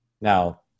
Now